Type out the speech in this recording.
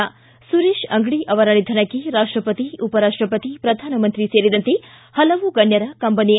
ಿ ಸುರೇಶ್ ಅಂಗಡಿ ಅವರ ನಿಧನಕ್ಕೆ ರಾಷ್ಷಪತಿ ಉಪರಾಷ್ಷಪತಿ ಪ್ರಧಾನಮಂತ್ರಿ ಸೇರಿದಂತೆ ಹಲವು ಗಣ್ಯರ ಕಂಬನಿ